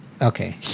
Okay